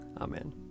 Amen